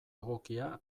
egokia